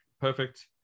Perfect